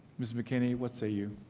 mr. bikini. what say you